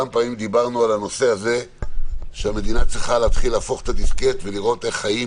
כמה פעמים דיברנו על כך שהמדינה צריכה להפוך את הדיסקט ולראות איך חיים